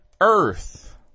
earth